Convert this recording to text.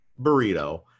burrito